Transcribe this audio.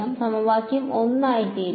അതിനാൽ സമവാക്യം ഒന്ന് ആയിത്തീരും